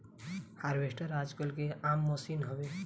harvester आजकल के आम मसीन हवे